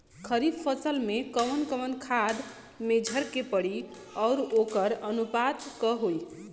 खरीफ फसल में कवन कवन खाद्य मेझर के पड़ी अउर वोकर अनुपात का होई?